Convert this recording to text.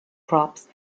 props